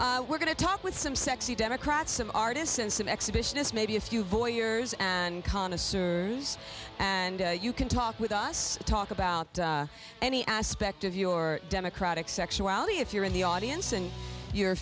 and we're going to talk with some sexy democrats some artists and some exhibitionist maybe a few voyeurs and connoisseurs and you can talk with us talk about any aspect of your democratic sexuality if you're in the audience and you're